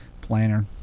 planner